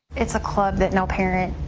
it's a club that no parent